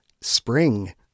Spring